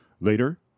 Later